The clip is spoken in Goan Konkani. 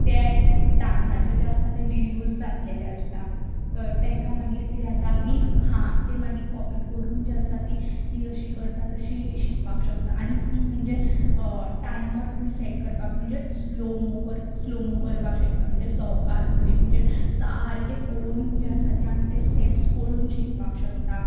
त्या डान्साचे जे आसा ते विडिओज घातलेले आसता तर तेंकां मागीर कितें जाता की हा ते मागीर कॉपी करून जे आसा ती ती जशीं करता तशीं शिकपाक शकता आनी तीं म्हणजे टायमर तुमी सेट करपा म्हणजे स्लो मो करपाक शकता म्हणजे सवकास तरेन म्हणजे सारकें पोळोन जें आसा तें आमी ते स्टेप्स पोळोन शिकपाक शकता